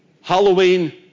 Halloween